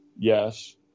Yes